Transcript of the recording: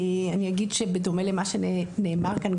אני אגיד שבדומה למה שנאמר כאן,